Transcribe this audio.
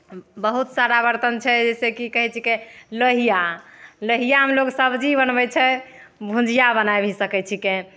बहुत सारा बर्तन छै जैसे की कहै छिकै लोहिया लोहियामे लोग सबजी बनबै छै भुजिया बना भी सकै छिकै